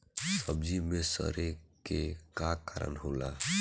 सब्जी में सड़े के का कारण होला?